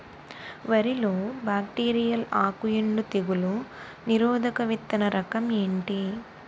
వరి లో బ్యాక్టీరియల్ ఆకు ఎండు తెగులు నిరోధక విత్తన రకం ఏంటి?